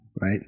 Right